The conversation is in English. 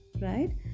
right